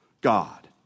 God